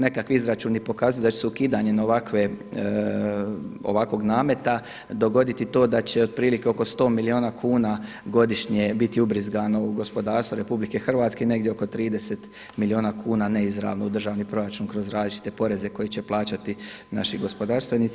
Nekakvi izračuni pokazuju da će se ukidanjem ovakvog nameta dogoditi to da će otprilike oko 100 milijuna kuna godišnje biti ubrizgano u gospodarstvo RH negdje oko 30 milijuna kuna neizravno u državni proračun kroz različite poreze koje će plaćati naši gospodarstvenici.